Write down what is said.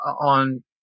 on